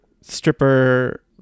Stripper